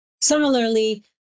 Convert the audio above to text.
Similarly